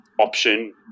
option